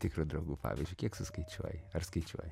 tikrų draugų pavyzdžiui kiek suskaičiuoji ar skaičiuoji